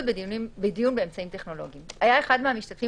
בדיון באמצעים טכנולוגיים 13.היה אחד מהמשתתפים